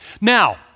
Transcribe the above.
Now